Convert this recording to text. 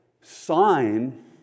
sign